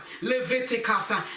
Leviticus